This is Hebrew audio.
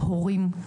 הורים,